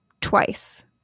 twice